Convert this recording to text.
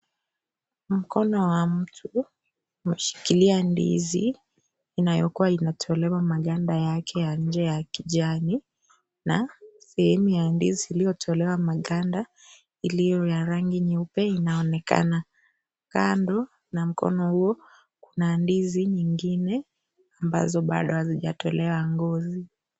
Mkono wa mtu umeshikilia ndizi inayokuwa inatolewa maganda yake ya nje ya kijani na sehemu ya ndizi iliyotolewa maganda iliyo ya rangi nyeupe inaonekana . Kando na mkono huo kuna ndizi nyingine ambazo bado hazijatolewa ngozi.